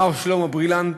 מר שלמה ברילנט,